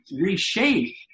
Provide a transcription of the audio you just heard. reshape